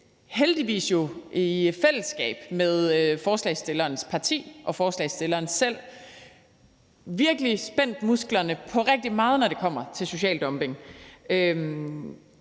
heldigvis jo i fællesskab med forslagsstillerens parti og forslagsstilleren selv virkelig spændt musklerne i forhold til rigtig meget, når det kommer til social dumping.